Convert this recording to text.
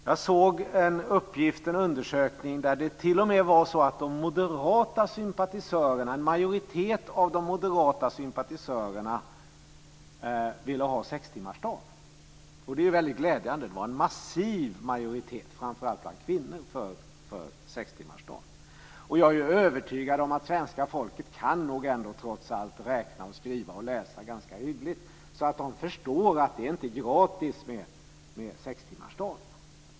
Jag såg en undersökning där t.o.m. en majoritet av de moderata sympatisörerna ville ha sextimmarsdag. Det är väldigt glädjande. Det var en massiv majoritet, framför allt bland kvinnor, för sextimmarsdagen. Jag är övertygad om att svenska folket trots allt kan räkna, skriva och läsa ganska hyggligt, så de förstår att det inte är gratis med sextimmarsdagen.